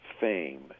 fame